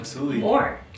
more